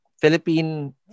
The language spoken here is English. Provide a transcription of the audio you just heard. Philippine